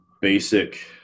basic